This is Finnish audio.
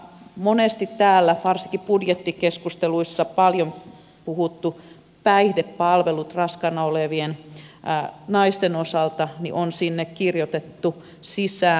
monesti täällä varsinkin budjettikeskusteluissa paljon puhuttu päihdepalvelut raskaana olevien naisten osalta on sinne kirjoitettu sisään